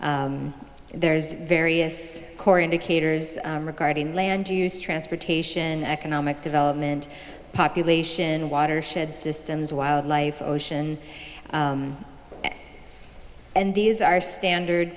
there's various core indicators regarding transportation economic development population watershed systems wildlife ocean and these are standard